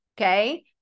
okay